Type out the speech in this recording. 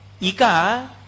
Ika